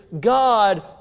God